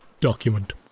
document